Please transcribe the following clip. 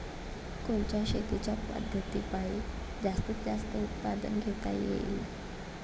कोनच्या शेतीच्या पद्धतीपायी जास्तीत जास्त उत्पादन घेता येईल?